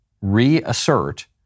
reassert